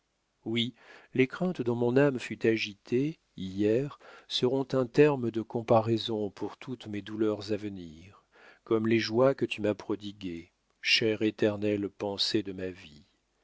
oui les craintes dont mon âme fut agitée hier seront un terme de comparaison pour toutes mes douleurs à venir comme les joies que tu m'as prodiguées chère éternelle pensée de ma vie